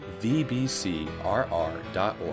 vbcrr.org